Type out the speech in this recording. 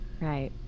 Right